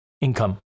income